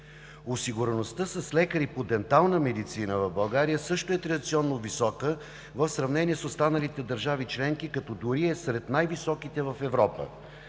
Осигуреността с лекари по дентална медицина в България също е традиционно висока в сравнение с останалите държави членки, като дори е сред най-високите в Европа.